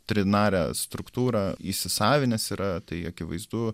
trinarę struktūrą įsisavinęs yra tai akivaizdu